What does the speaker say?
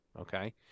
okay